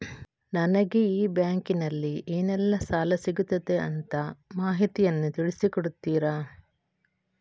ನನಗೆ ಈ ಬ್ಯಾಂಕಿನಲ್ಲಿ ಏನೆಲ್ಲಾ ಸಾಲ ಸಿಗುತ್ತದೆ ಅಂತ ಮಾಹಿತಿಯನ್ನು ತಿಳಿಸಿ ಕೊಡುತ್ತೀರಾ?